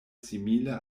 simile